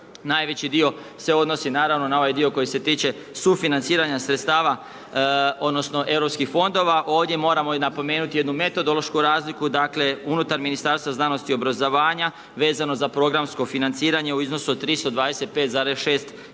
najveći dio se odnosi, naravno na ovaj dio koji se toče sufinanciranje sredstava, odnosno, europskih fondova. Ovdje moramo napomenuti jednu metodološku razliku, dakle, unutar Ministarstva znanosti i obrazovanja, vezano za programsko financiranje, u iznosu od 325,6 milijuna